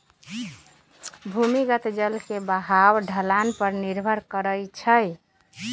भूमिगत जल के बहाव ढलान पर निर्भर करई छई